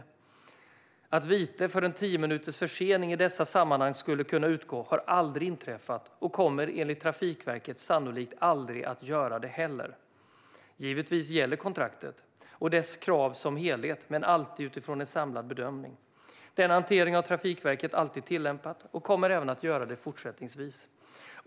Det har aldrig inträffat att vite för en tio minuters försening i dessa sammanhang har utgått, och det kommer enligt Trafikverket sannolikt aldrig att göra det heller. Givetvis gäller kontraktet och dess krav som helhet, men alltid utifrån en samlad bedömning. Denna hantering har Trafikverket alltid tillämpat och kommer även att göra det fortsättningsvis.